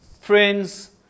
friends